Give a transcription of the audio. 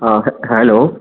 हाँ हे हेलो